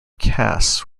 casts